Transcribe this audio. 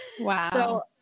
Wow